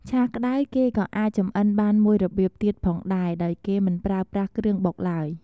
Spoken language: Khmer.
ឆាក្តៅគេក៏អាចចម្អិនបានមួយរបៀបទៀតផងដែរដោយគេមិនប្រើប្រាស់គ្រឿងបុកឡើយ។